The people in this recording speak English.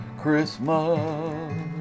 Christmas